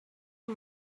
her